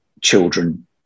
children